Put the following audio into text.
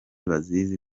bazizi